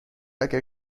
اگر